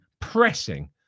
Pressing